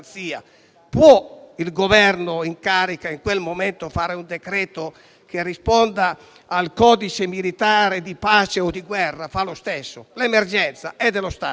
può il Governo in carica in quel momento fare un decreto che risponda al codice militare di pace o di guerra? Fa lo stesso perché l'emergenza è dello Stato.